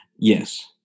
Yes